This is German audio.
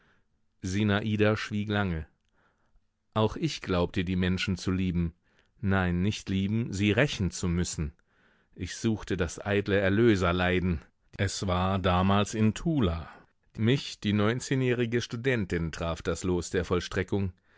sinada schwieg lange auch ich glaubte die menschen zu lieben nein nicht lieben sie rächen zu müssen ich suchte das eitle erlöserleiden es war damals in tula mich die neunzehnjährige studentin traf das los der vollstreckung